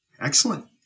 Excellent